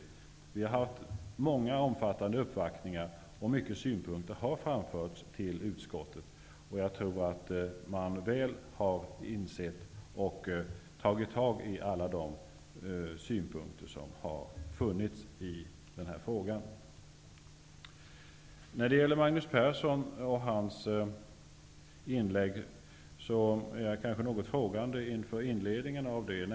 Många synpunkter har framförts vid de många och omfattande uppvaktningar som har gjorts hos utskottet. Jag tror att utskottet väl har insett och tagit till sig de synpunkter som har lämnats i den här frågan. När det gäller Magnus Perssons inlägg är jag något frågande till inledningen.